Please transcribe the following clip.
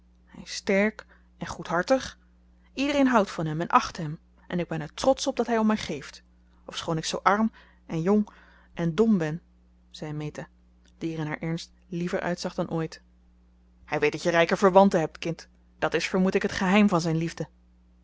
sterk en goedhartig iedereen houdt van hem en acht hem en ik ben er trotsch op dat hij om mij geeft ofschoon ik zoo arm en jong en dom ben zei meta die er in haar ernst liever uitzag dan ooit hij weet dat je rijke verwanten hebt kind dat is vermoed ik het geheim van zijn liefde